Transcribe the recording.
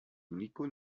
único